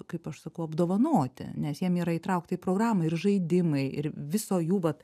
kaip aš sakau apdovanoti nes jiem yra įtraukta į programą ir žaidimai ir viso jų vat